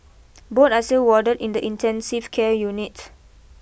both are still warded in the intensive care unit